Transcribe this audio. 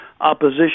opposition